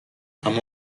اما